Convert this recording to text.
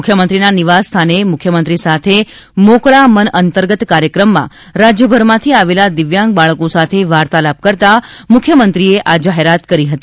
મુખ્યમંત્રીના નિવાસ સ્થાને મુખ્યમંત્રી સાથે મોકળા મન અંતર્ગત કાર્યક્રમમાં રાજ્યભરમાંથી આવેલા દિવ્યાંગ બાળકો સાથે વાર્તાલાપ કરતાં મુખ્યમંત્રીએ આ જાહેરાત કરી હતી